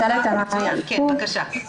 ידי עובדים פלסטינים.